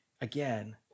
again